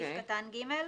סעיף קטן (ג).